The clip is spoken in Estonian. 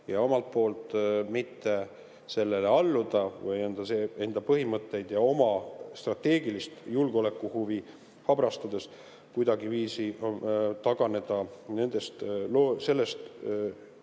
ja omalt poolt mitte sellele alluda või enda põhimõtteid ja oma strateegilist julgeolekuhuvi habrastades kuidagiviisi taganeda sellest